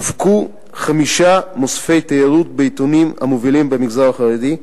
הופקו חמישה מוספי תיירות בעיתונים המובילים במגזר החרדי,